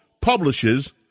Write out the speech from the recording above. publishes